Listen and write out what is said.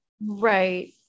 Right